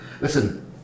Listen